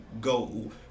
go